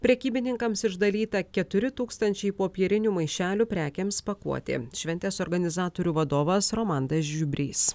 prekybininkams išdalyta keturi tūkstantčiai popierinių maišelių prekėms pakuoti šventės organizatorių vadovas romandas žiubrys